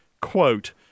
quote